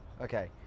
Okay